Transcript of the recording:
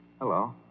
Hello